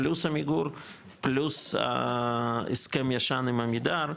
פלוס עמיגור, פלוס ההסכם הישן עם עמידר,